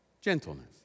gentleness